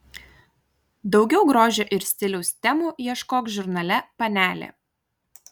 daugiau grožio ir stiliaus temų ieškok žurnale panelė